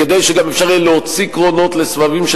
כדי שגם יהיה אפשר להוציא קרונות לסבבים של